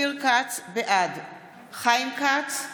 בעד חיים כץ,